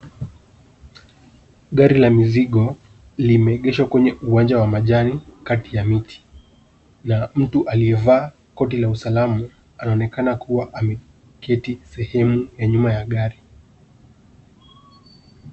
Gari la mizigo limeegeshwa kwenye uwanja wa majani kati ya miti na mtu aliyevaa koti la usalama anaonekana akuwa ameketi sehemu ya nyuma ya gari.